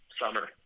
Summer